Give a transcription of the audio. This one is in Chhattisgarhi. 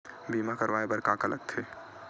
बीमा करवाय बर का का लगथे?